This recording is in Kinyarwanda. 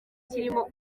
kirimo